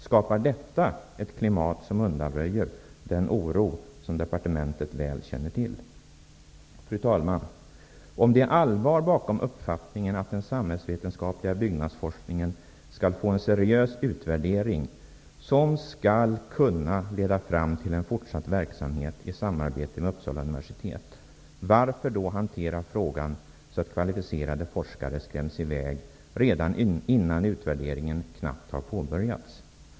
Skapar detta ett klimat som undanröjer den oro som departementet väl känner till? Fru talman! Om det är allvar bakom uppfattningen att den samhällsvetenskapliga byggnadsforskningen skall få en seriös utvärdering, som skall kunna leda fram till en fortsatt verksamhet i samarbete med Uppsala universitet, varför då hantera frågan så att kvalificerade forskare skräms i väg redan innan utvärderingen knappt har påbörjats?